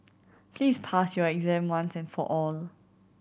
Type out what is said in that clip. please pass your exam once and for all